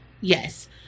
Yes